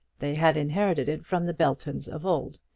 they had inherited it from the beltons of old,